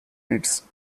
its